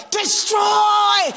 destroy